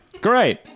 Great